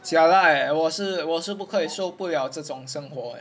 jialat leh 我是我是不可以受不了这种生活 leh